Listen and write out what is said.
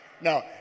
No